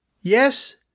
Yes